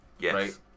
yes